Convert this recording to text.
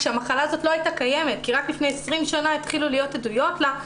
כשהמחלה הזאת לא הייתה קיימת כי רק לפני 20 שנה התחילו להיות עדויות לה,